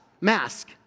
mask